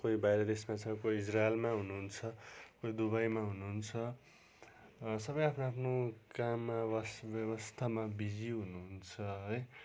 कोही बाहिर देशमा छ कोही इजराइलमा हुनुहुन्छ कोही दुबईमा हुनुहुन्छ सबै आफ्नो आफ्नो काममा व्यस व्यवस्थामा बिजी हुनुहुन्छ है